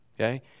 okay